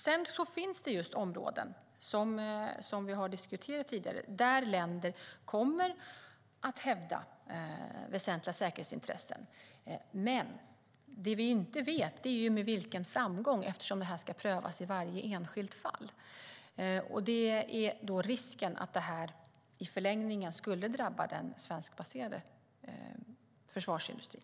Sedan finns det områden, som vi har diskuterat tidigare, där länder kommer att hävda väsentliga säkerhetsintressen. Men det vi inte vet är med vilken framgång det sker, eftersom det ska prövas i varje enskilt fall. Risken är då att det i förlängningen skulle drabba den svenskbaserade försvarsindustrin.